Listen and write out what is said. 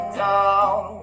down